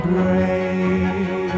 Brave